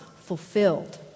fulfilled